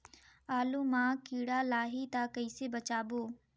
आलू मां कीड़ा लाही ता कइसे बचाबो?